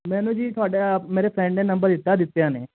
ਮੈਨੂੰ ਜੀ ਤੁਹਾਡਾ ਮੇਰੇ ਫਰੈਂਡ ਨੇ ਨੰਬਰ ਦਿੱਤਾ ਅਦਿੱਤਿਆ ਨੇ